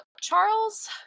Charles